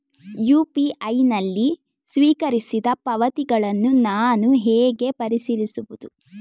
UPI ನಲ್ಲಿ ಸ್ವೀಕರಿಸಿದ ಪಾವತಿಗಳನ್ನು ನಾನು ಹೇಗೆ ಪರಿಶೀಲಿಸುವುದು?